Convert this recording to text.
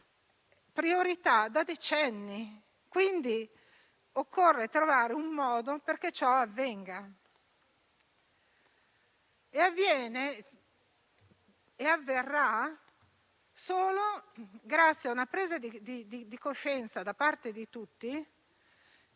priorità da decenni e quindi occorre trovare un modo perché ciò avvenga. Tali riforme avverranno solo grazie a una presa di coscienza da parte di tutti